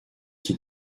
qui